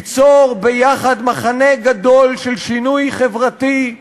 ליצור ביחד מחנה גדול של שינוי חברתי,